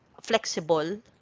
flexible